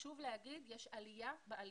חשוב להגיד שיש עלייה בעלייה.